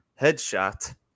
headshot